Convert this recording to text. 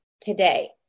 today